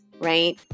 right